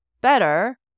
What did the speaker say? better